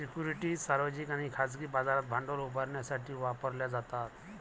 securities सार्वजनिक आणि खाजगी बाजारात भांडवल उभारण्यासाठी वापरल्या जातात